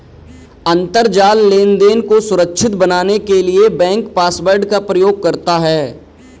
अंतरजाल लेनदेन को सुरक्षित बनाने के लिए बैंक पासवर्ड का प्रयोग करता है